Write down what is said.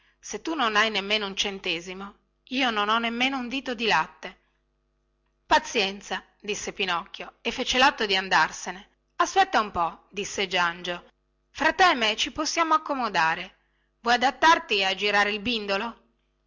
se tu non hai nemmeno un centesimo io non ho nemmeno un dito di latte pazienza disse pinocchio e fece latto di andarsene aspetta un po disse giangio fra te e me ci possiamo accomodare vuoi adattarti a girare il bindolo